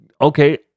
okay